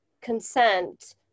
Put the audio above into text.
consent